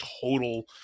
total